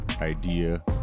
idea